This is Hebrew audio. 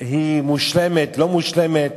היא מושלמת, לא מושלמת.